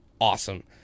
awesome